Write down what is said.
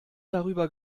darüber